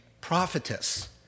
prophetess